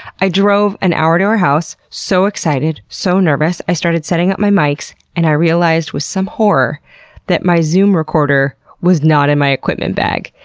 i drove an hour to her house, so excited, so nervous, i started setting up my mics and realized with some horror that my zoom recorder was not in my equipment bag.